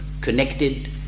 connected